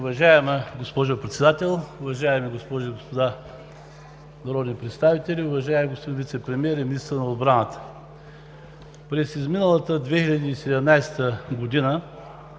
Уважаема госпожо Председател, уважаеми госпожи и господа народни представители! Уважаеми господин Вицепремиер и министър на отбраната, през изминалата 2017 г.